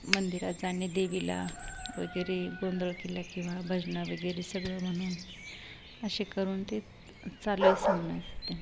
मंदिरात जाणे देवीला वगैरे गोंधळ केला किंवा भजनं वगैरे सगळं म्हणून असे करून ते चालू आहे सांगणार त्यांना